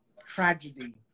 tragedy